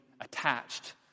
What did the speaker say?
attached